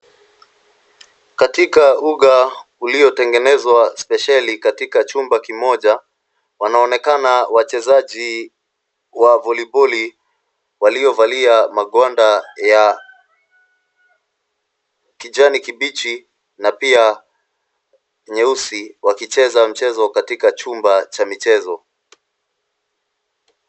Katika uga uliyotengenezwa spesheli katika chumba kimoja, wanaonekana wachezaji wa voliboli waliovalia magwanda ya kijani kibichi na pia nyeusi wakicheza mchezo katika chumba cha michezo.